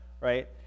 right